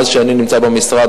מאז שאני נמצא במשרד,